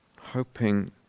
hoping